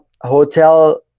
hotel